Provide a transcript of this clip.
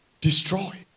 destroy